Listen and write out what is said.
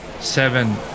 seven